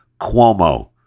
Cuomo